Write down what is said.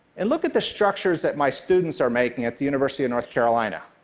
and look at the structures that my students are making at the university of north carolina.